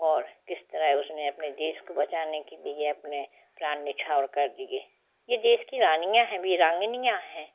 और किस तरह उसने अपने देश को बचाने के लिए अपने प्राण निछावर कर दिए ये देश की रानियाँ हैं वीरांगनाएँ हैं